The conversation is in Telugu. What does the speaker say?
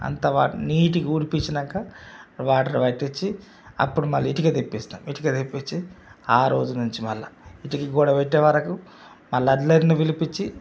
అంత వా నీట్గా ఊడిపించినాక వాటర్ పట్టించి అప్పుడు మళ్ళీ ఇటుక తెప్పిస్తారు ఇటుక తెపించి ఆ రోజు నుంచి మళ్ళా ఇటుక కూడా పెట్టే వరకు మళ్ళా వండ్లాయనని పిలిపించి